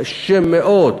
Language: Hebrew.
קשה מאוד,